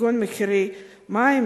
כגון מחירי המים,